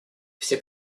все